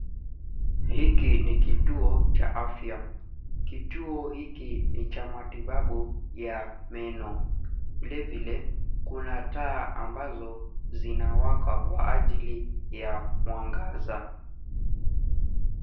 Hiki ni kituo cha afya. Kituo hiki ni cha matibabu ya meno. vile vile ,Kuna taa ambazo zinawaka kwa ajili , ya mwangaza.